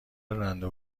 راننده